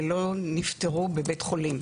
שלא נפטרו בבית חולים.